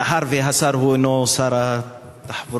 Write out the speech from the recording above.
מאחר שהשר אינו שר התחבורה,